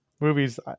movies